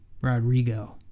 Rodrigo